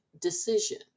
decision